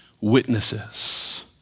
witnesses